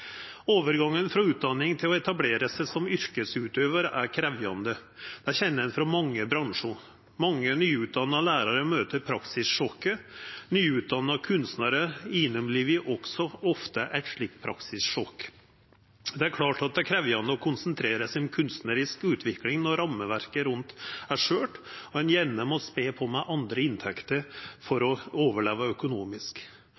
Overgangen frå utdanning til å etablera seg som yrkesutøvar er krevjande. Det kjenner ein frå mange bransjar. Mange nyutdanna lærarar møter praksissjokket. Nyutdanna kunstnarar opplever også ofte eit slikt praksissjokk. Det er klart at det er krevjande å konsentrera seg om kunstnarisk utvikling når rammeverket rundt er skjørt, og ein gjerne må spe på med andre inntekter for